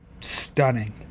stunning